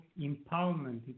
empowerment